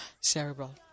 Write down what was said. Cerebral